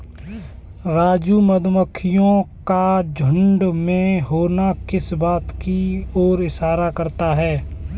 राजू मधुमक्खियों का झुंड में होना किस बात की ओर इशारा करता है?